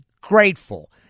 grateful